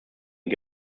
die